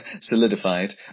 Solidified